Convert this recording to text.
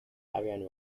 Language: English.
ariane